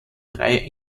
drei